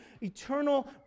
eternal